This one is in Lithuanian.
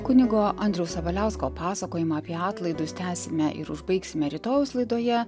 kunigo andriaus sabaliausko pasakojimą apie atlaidus tęsime ir užbaigsime rytojaus laidoje